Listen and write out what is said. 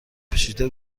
پیچیده